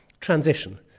transition